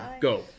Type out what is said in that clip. Go